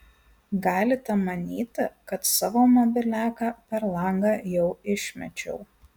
galite manyti kad savo mobiliaką per langą jau išmečiau